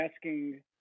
asking